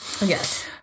Yes